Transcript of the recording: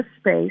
space